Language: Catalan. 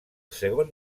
segon